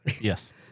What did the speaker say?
yes